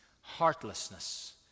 heartlessness